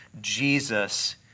Jesus